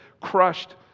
crushed